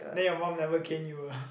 then your mum never cane you uh